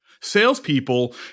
salespeople